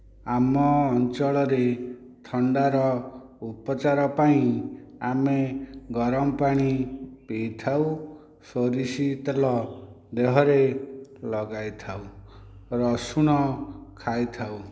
ଆମ ଅଞ୍ଚଳରେ ଥଣ୍ଡାର ଉପଚାର ପାଇଁ ଆମେ ଗରମ ପାଣି ପିଇଥାଉ ସୋରିଷ ତେଲ ଦେହରେ ଲଗାଇଥାଉ ରସୁଣ ଖାଇଥାଉ